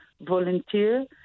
volunteer